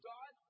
God